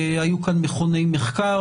היו מכוני מחקר.